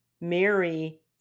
Mary